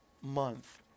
Month